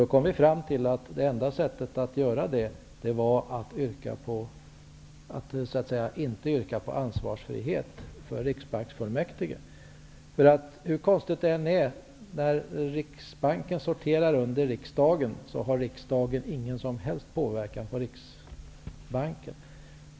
Då kom vi fram till att enda sättet att göra det var att yrka på att ansvarsfrihet inte beviljas för Hur konstigt det än är, när Riksbanken sorterar under riksdagen, har riksdagen ingen som helst påverkan på Riksbanken.